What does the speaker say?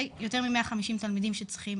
יותר מ-150 תלמידים שצריכים